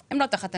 כשהן לא מצליחות,